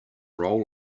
roll